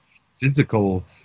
physical